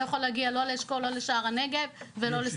לאשכול ולשאר הנגב.